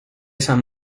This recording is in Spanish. san